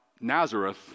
Nazareth